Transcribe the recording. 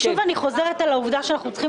שוב אני חוזרת על העובדה שאנחנו צריכים